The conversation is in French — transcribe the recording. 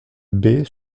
baie